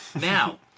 Now